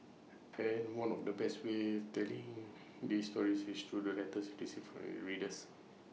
and one of the best ways telling these stories is through the letters IT receives from readers